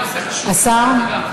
השר,